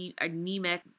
anemic